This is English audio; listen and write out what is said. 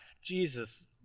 Jesus